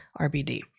RBD